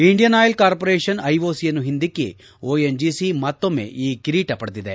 Indian Oil Corporation ಐಒಸಿಯನ್ನು ಹಿಂದಿಕ್ಕೆ ONGC ಮತ್ತೊಮ್ಮೆ ಈ ಕಿರೀಟ ಪಡೆದಿದೆ